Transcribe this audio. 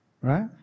right